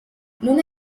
non